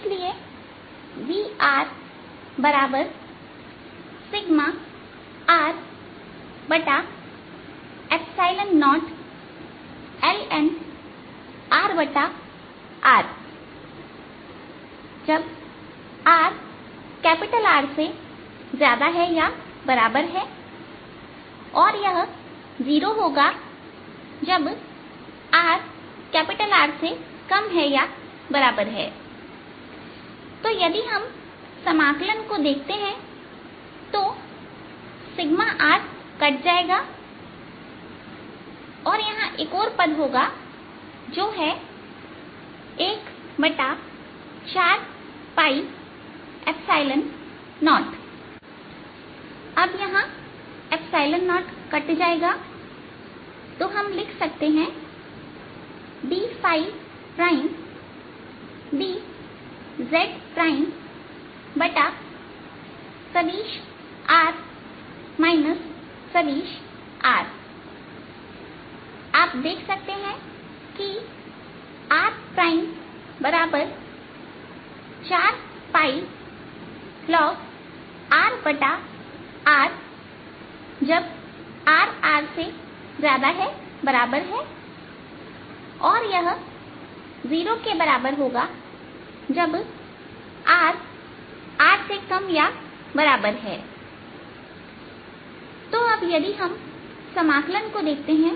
इसलिए vσR0ln मिलता है जब rR और यह 0 होगा जब rR है तो यदि हम समाकलन को देखते हैं तो R कट जाएगा और यहां एक और पद होगा जो है 140 यहां0कट जाएगा तो हम लिख सकते हैं d dzसदिश r सदिश Rआप देख सकते हैं कि r4πlnजब rR और यह 0 के बराबर है जब rR तो अब यदि हमें समाकलन को देखते हैं